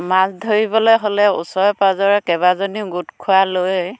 মাছ ধৰিবলে হ'লে ওচৰে পাজৰে কেইবাজনীও গোট খুৱাই লৈ